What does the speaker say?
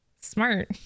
smart